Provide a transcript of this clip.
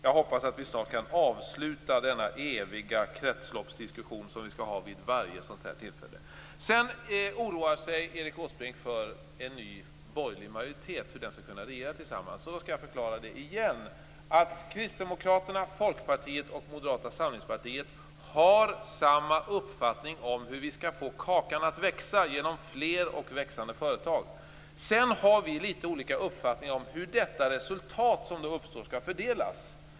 Jag hoppas att vi snart kan avsluta denna eviga kretsloppsdiskussion, som vi för vid varje sådant här tillfälle. Åsbrink oroar sig vidare för hur man i en ny borgerlig majoritet skall kunna regera tillsammans. Jag måste ännu en gång förklara att Kristdemokraterna, Folkpartiet och Moderata samlingspartiet har samma uppfattning om hur vi skall få kakan att bli större, nämligen genom fler och växande företag. Sedan har vi litet olika uppfattning om hur det resultat som då uppstår skall fördelas.